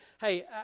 Hey